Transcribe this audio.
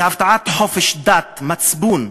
והבטחת חופש דת, מצפון,